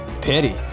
Pity